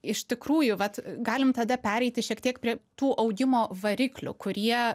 iš tikrųjų vat galim tada pereiti šiek tiek prie tų augimo variklių kurie